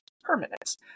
permanence